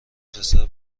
پسر